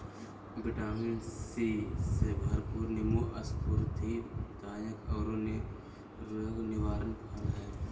vitamin C से भरपूर नीबू स्फूर्तिदायक औरो रोग निवारक फल हइ